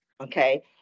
okay